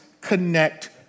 connect